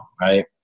right